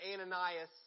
Ananias